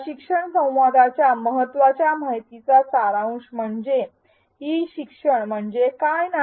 या शिक्षण संवादाच्या महत्त्वाच्या माहितीचा सारांश म्हणजे ई शिक्षण म्हणजे काय नाही